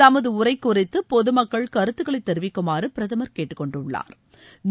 தமதுஉரைகுறித்துபொதுமக்கள் கருத்துக்களைத் தெரிவிக்குமாறுபிரதமா் கேட்டுக் கொண்டுள்ளாா்